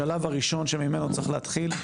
השלב הראשון שממנו צריך להתחיל,